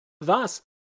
Thus